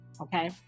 Okay